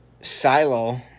Silo